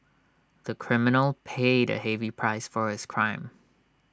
the criminal paid A heavy price for his crime